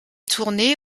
tourné